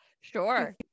Sure